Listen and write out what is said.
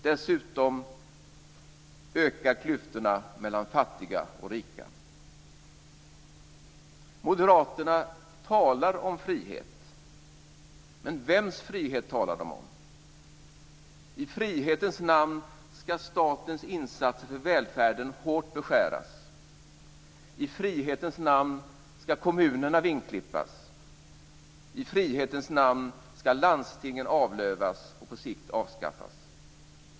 Dessutom ökar klyftorna mellan fattiga och rika. Moderaterna talar om frihet. Men vems frihet talar de om? I frihetens namn ska statens insatser för välfärden hårt beskäras. I frihetens namn ska kommunerna vingklippas. I frihetens namn ska landstingen avlövas och på sikt avskaffas.